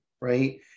right